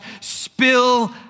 spill